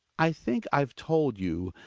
i think i've told you,